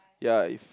ya if